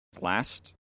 last